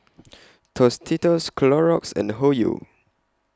Tostitos Clorox and Hoyu